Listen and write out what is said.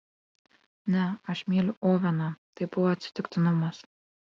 ne aš myliu oveną tai buvo atsitiktinumas